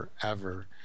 forever